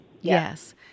Yes